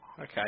Okay